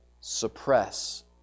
suppress